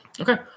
Okay